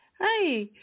Hi